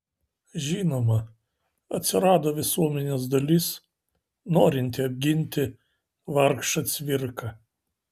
žinoma atsirado visuomenės dalis norinti apginti vargšą cvirką